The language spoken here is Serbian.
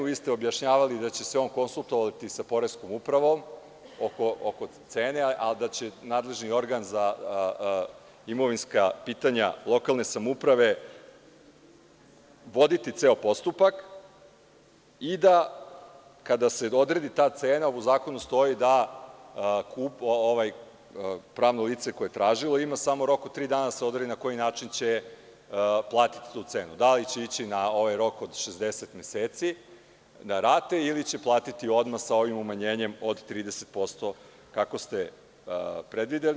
Vi ste objašnjavali da će se on konsultovati sa Poreskom upravom oko cene, a da će nadležni organ za imovinska pitanja lokalne samouprave voditi ceo postupak i da kada se odredi ta cena u zakonu stoji da pravno lice koje je tražilo ima rok od tri dana da se odredi na koji način će platiti tu cenu, da li će ići na ovaj rok od 60 meseci na rate ili će platiti odmah, sa ovim umanjenjem od 30%, kako ste predvideli.